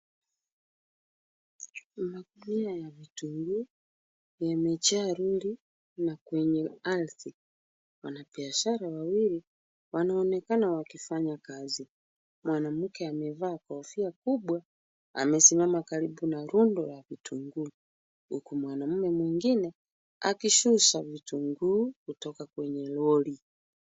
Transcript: Magunia ya vitunguu yamejaa lori na kwenye ardhi. Wanabiashara wawili wanaonekana wakifanya kazi. Mwanamke amevaa kofia kubwa amesimama karibu na rundo la vitunguu huku mwanaume mwingine akishusha vitunguu kutoka kwenye lori.